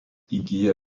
įgyja